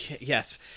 Yes